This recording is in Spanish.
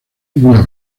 una